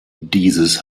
dieses